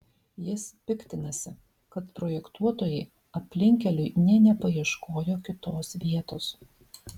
jis piktinasi kad projektuotojai aplinkkeliui nė nepaieškojo kitos vietos